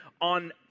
on